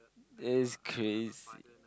that's crazy